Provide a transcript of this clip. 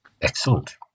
Excellent